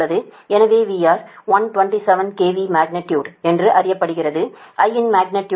எனவே VR 127 KV magnitude என்று அறியப்படுகிறது I இன் மக்னிடியுடு 787